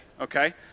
okay